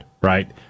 right